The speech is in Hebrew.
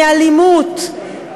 מאלימות,